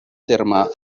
terme